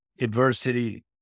adversity